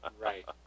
right